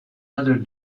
under